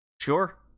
Sure